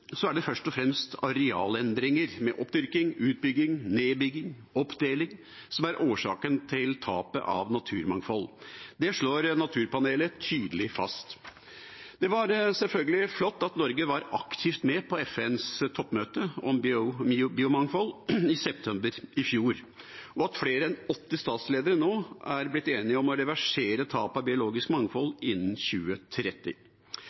er det først og fremst arealendringer med oppdyrking, utbygging, nedbygging og oppdeling som er årsaken til tapet av naturmangfold. Det slår Naturpanelet tydelig fast. Det er sjølsagt flott at Norge var aktivt med på FNs toppmøte om biomangfold i september i fjor, og at flere enn 80 statsledere nå er blitt enige om å reversere tapet av biologisk